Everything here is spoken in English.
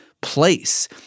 place